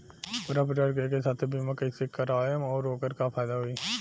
पूरा परिवार के एके साथे बीमा कईसे करवाएम और ओकर का फायदा होई?